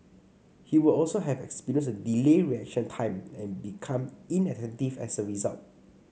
he would also have experienced a delayed reaction time and become inattentive as a result